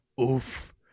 oof